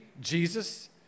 Jesus